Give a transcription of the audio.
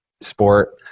sport